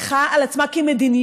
לקחה על עצמה כמדיניות,